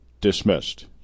dismissed